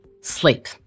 sleep